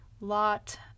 lot